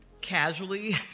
Casually